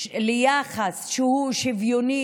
ליחס שהוא שוויוני,